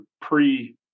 pre